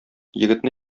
егетне